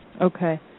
Okay